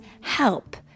help